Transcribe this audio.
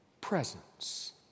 presence